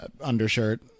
undershirt